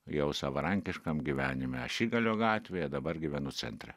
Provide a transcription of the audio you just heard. jau savarankiškam gyvenime ašigalio gatvėje dabar gyvenu centre